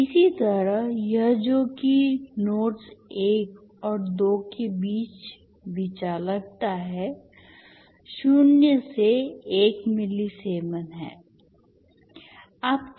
इसी तरह यह जो कि नोड्स 1 और 2 के बीच भी चालकता है शून्य से 1 मिलीसीमेन है